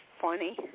funny